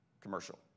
Commercial